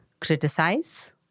criticize